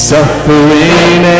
Suffering